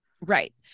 right